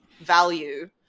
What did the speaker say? value